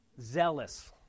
zealous